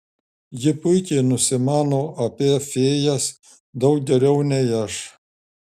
ji puikiai nusimano apie fėjas daug geriau nei aš